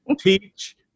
teach